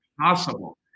possible